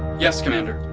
yes, commander.